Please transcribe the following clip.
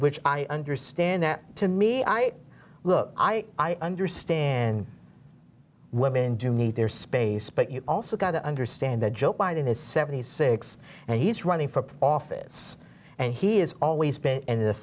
which i understand that to me i look i understand women do need their space but you've also got to understand that joe biden is seventy six and he's running for office and he is always been in the